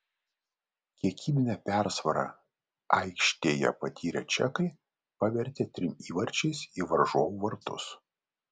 kiekybinę persvarą aikštėje patyrę čekai pavertė trim įvarčiais į varžovų vartus